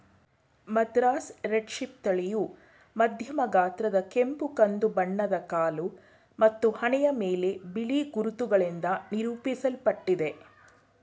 Madras red sheep ತಳಿಯು ಮಧ್ಯಮ ಗಾತ್ರದ ಕೆಂಪು ಕಂದು ಬಣ್ಣದ ಕಾಲು ಮತ್ತು ಹಣೆಯ ಮೇಲೆ ಬಿಳಿ ಗುರುತುಗಳಿಂದ ನಿರೂಪಿಸಲ್ಪಟ್ಟಿದೆ